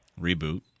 reboot